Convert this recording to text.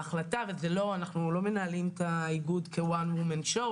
הרי אנחנו לא מנהלים את האיגוד כ-one women show,